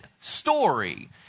story